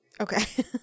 Okay